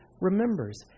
remembers